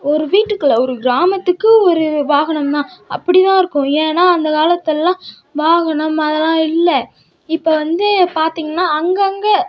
ஒரு வீட்டுக்கு இல்லை ஒரு கிராமத்துக்கு ஒரு வாகனம் தான் அப்படி தான் இருக்கும் ஏன்னால் அந்த காலத்துலெலாம் வாகனம் அதெலாம் இல்லை இப்போ வந்து பார்த்தீங்கன்னா அங்கேங்க